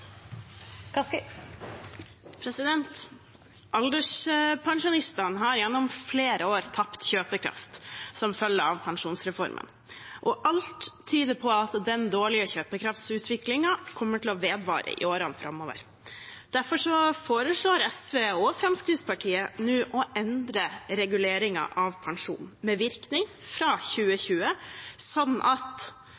Alderspensjonistene har gjennom flere år tapt kjøpekraft som følge av pensjonsreformen, og alt tyder på at den dårlige kjøpekraftsutviklingen kommer til å vedvare i årene framover. Derfor foreslår SV og Fremskrittspartiet nå å endre reguleringen av pensjonen med virkning fra